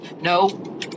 No